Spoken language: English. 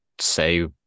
say